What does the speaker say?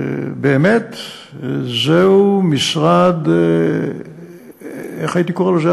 באמת זהו משרד, איך הייתי קורא לו?